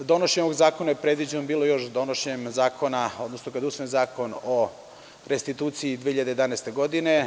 Donošenje ovog zakona je predviđeno bilo još donošenjem zakona, odnosno kada je usvojen Zakon o restituciji 2011. godine.